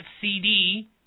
CD